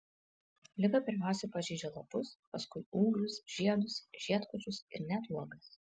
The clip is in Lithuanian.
liga pirmiausia pažeidžia lapus paskui ūglius žiedus žiedkočius ir net uogas